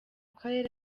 karere